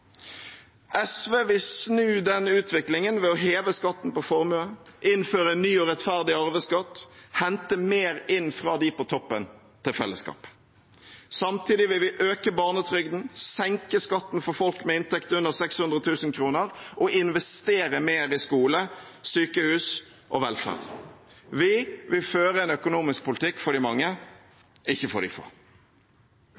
SV vil snu den utviklingen ved å heve skatten på formue, innføre en ny og rettferdig arveskatt, hente mer inn fra dem på toppen til fellesskapet. Samtidig vil vi øke barnetrygden, senke skatten for folk med inntekt under 600 000 kr og investere mer i skole, sykehus og velferd. Vi vil føre en økonomisk politikk for de mange,